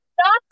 Stop